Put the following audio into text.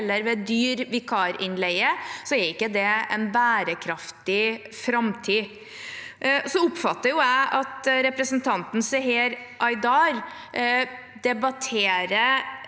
eller ved dyr vikarinnleie, er ikke det en bærekraftig framtid. Jeg oppfatter at representanten Seher Aydar debatterer